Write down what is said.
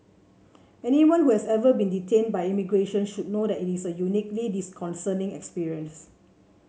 anyone who has ever been detained by immigration would know that it is a uniquely disconcerting experience